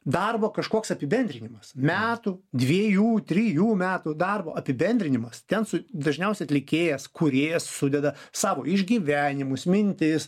darbo kažkoks apibendrinimas metų dviejų trijų metų darbo apibendrinimas ten su dažniausiai atlikėjas kūrėjas sudeda savo išgyvenimus mintis